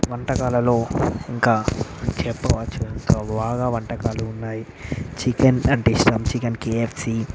వంటకాలలో ఇంకా చెప్పవచ్చు ఎంతో బాగా వంటకాలు ఉన్నాయి చికెన్ అంటే ఇష్టం చికెన్ కెఎఫ్సి